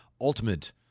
ultimate